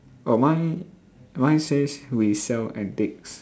oh mine mine says we sell antiques